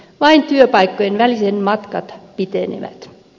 vain työpaikkojen väliset matkat pitenevät